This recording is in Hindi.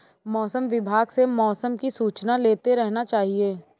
मौसम विभाग से मौसम की सूचना लेते रहना चाहिये?